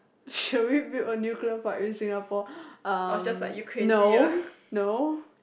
shall we build a nuclear field in Singapore um no no